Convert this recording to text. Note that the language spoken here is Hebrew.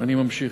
אני ממשיך.